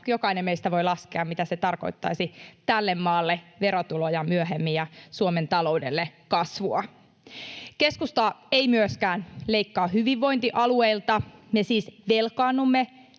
jokainen meistä voi laskea, mitä se tarkoittaisi tälle maalle verotuloja myöhemmin ja Suomen taloudelle kasvua. Keskusta ei myöskään leikkaa hyvinvointialueilta. Me siis velkaannumme